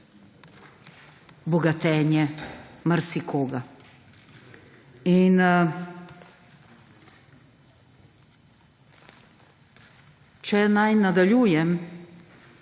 bogatenje marsikoga. Če naj nadaljujem,